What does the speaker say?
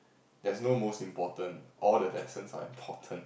there's no most important all the lessons are important